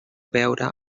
veure